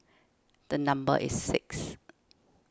the number is six